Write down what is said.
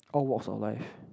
all walks of life